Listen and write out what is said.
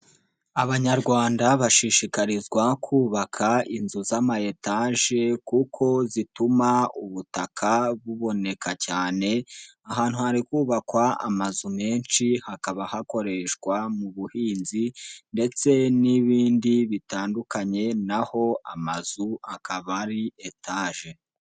Abanyarwanda bashishikarizwa kubaka inzu z'amayetaje kuko zituma ubutaka buboneka cyane, ahantu hari kubakwa amazu menshi hakaba hakoreshwa mu buhinzi ndetse n'ibindi bitandukanye, na ho amazu akaba ari etaje.